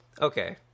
Okay